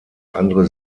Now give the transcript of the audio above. andere